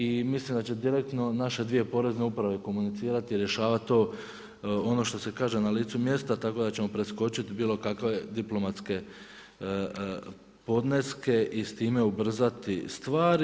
I mislim da će direktno naše dvije porezne uprave komunicirati i rješavati to ono što se kaže na licu mjesta tako da ćemo preskočiti bilo kakve diplomatske podneske i s time ubrzati stvari.